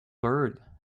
bird